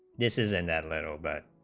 this is in that little but